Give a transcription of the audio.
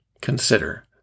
consider